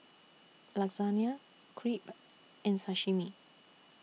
Lasagna Crepe and Sashimi